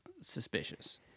suspicious